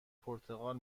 پرتقال